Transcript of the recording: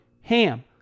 HAM